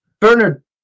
Bernard